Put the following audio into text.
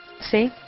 See